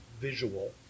visual